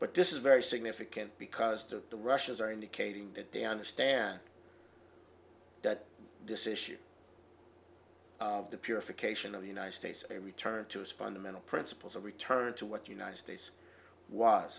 but this is very significant because to the russians are indicating that they understand that decision of the purification of the united states is a return to its fundamental principles a return to what united states was